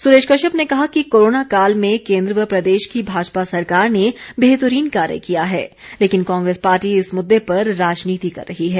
सुरेश कश्यप ने कहा कि कोरोना काल में केंद्र व प्रदेश की भाजपा सरकार ने बेहतरीन कार्य किया है लेकिन कांग्रेस पार्टी इस मुद्दे पर राजनीति कर रही है